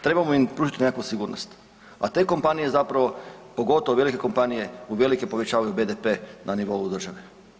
Trebamo im pružiti nekakvu sigurnost a te kompanije zapravo, pogotovo velike kompanije uvelike povećavaju BDP na nivou države.